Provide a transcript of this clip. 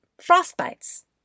Frostbites